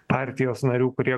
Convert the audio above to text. partijos narių kurie